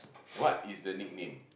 what is the nickname